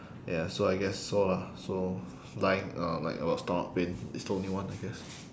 ya so I guess so lah so lying uh like about stomach pain is the only one I guess